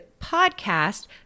podcast